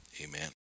Amen